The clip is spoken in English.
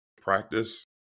practice